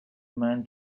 man